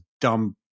dumb